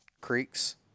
creeks